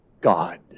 God